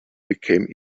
became